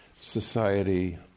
society